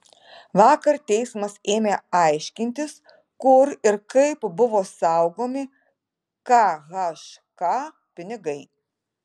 vakar teismas ėmė aiškintis kur ir kaip buvo saugomi khk pinigai